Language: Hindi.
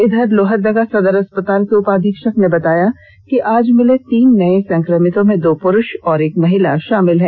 इधर लोहरदगा सदर अस्पताल के उपाधीक्षक ने बताया कि आज मिले तीन नये संक्रमितों में दो पुरूष और एक महिला शामिल है